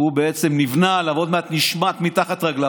שהוא בעצם נבנה עליו, עוד מעט נשמט מתחת לרגליו.